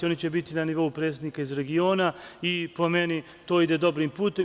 Oni će biti na nivou predsednika iz regiona i po meni to ide dobrim putem.